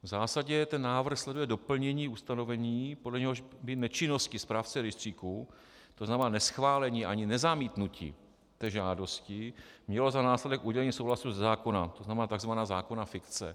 V zásadě ten návrh sleduje doplnění ustanovení, podle něhož by nečinnosti správce rejstříku, tzn. neschválení ani nezamítnutí té žádosti, mělo za následek udělení souhlasu ze zákona, tzn. tzv. zákonná fikce.